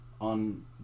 on